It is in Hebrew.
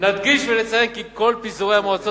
נדגיש ונציין כי כל פיזורי מועצות